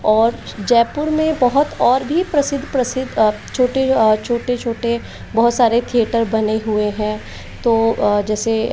और जयपुर में बहुत और भी प्रसिद्ध प्रसिद्ध छोटे छोटे छोटे बहुत सारे थिएटर बने हुए हैं तो जैसे